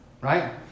right